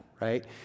right